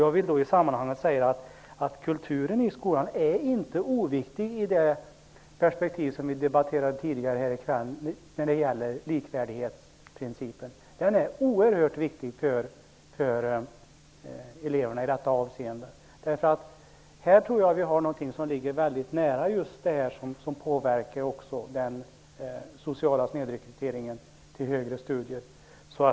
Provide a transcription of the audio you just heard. Jag vill i det sammanhanget säga att kulturen i skolan inte är oviktig i det perspektiv som vi har debatterat tidigare här i kväll. Likvärdighetsprincipen är oerhört viktig för eleverna i detta sammanhang. Jag tror att detta också kan ha en inverkan på den sociala snedrekryteringen till högre studier.